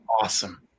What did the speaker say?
awesome